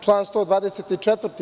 Član 124.